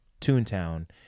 Toontown